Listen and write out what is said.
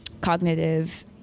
cognitive